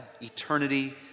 Eternity